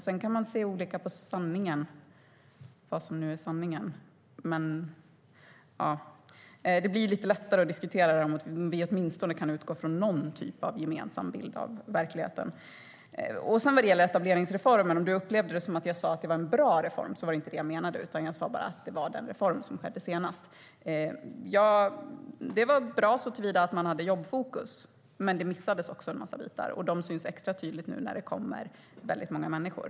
Sedan kan man se olika på vad som är sanningen. Men det blir lite lättare att diskutera om vi åtminstone kan utgå från någon typ av gemensam bild av verkligheten. Vad gäller etableringsreformen, om du upplevde att jag sa att det var en bra reform: Det var inte det jag menade. Jag sa bara att det var den reform som skedde senast. Den var bra såtillvida att man hade jobbfokus. Men det missades också en massa bitar, och de syns extra tydligt nu när det kommer många människor.